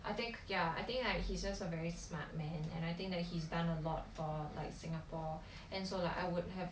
I think ya I think like he's just a very smart man and I think that he's done a lot for like singapore and so like I would have